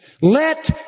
Let